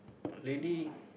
readying